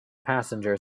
passenger